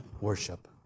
worship